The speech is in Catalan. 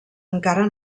encara